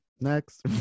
next